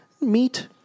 Meat